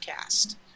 cast